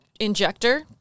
Injector